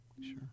Sure